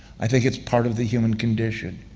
i think it's part of the human condition.